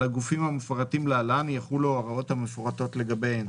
על הגופים המפורטים להלן יחולו ההוראות המפורטות לגביהן: